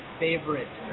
favorite